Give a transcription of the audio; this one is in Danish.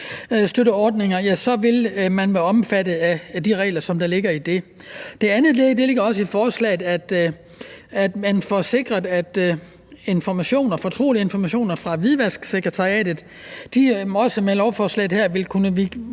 coronastøtteordninger, vil være omfattet af de regler, som der ligger i det. Noget andet, der også ligger i forslaget, er, at man får sikret, at informationer, fortrolige informationer fra Hvidvasksekretariatet også med lovforslaget her vil kunne